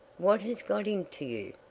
what has got into you?